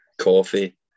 coffee